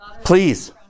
Please